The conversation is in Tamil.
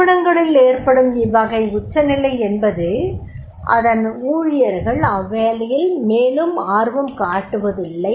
நிறுவனங்களில் ஏற்படும் இவ்வகை உச்ச நிலை என்பது அதன் ஊழியர்கள் அவ்வேலையில் மேலும் ஆர்வம் காட்டிவதில்லை